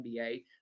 NBA